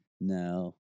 no